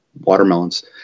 watermelons